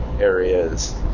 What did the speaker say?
areas